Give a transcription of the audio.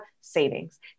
savings